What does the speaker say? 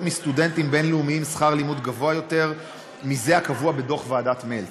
מסטודנטים בין-לאומיים שכר לימוד גבוה יותר מזה הקבוע בדוח ועדת מלץ,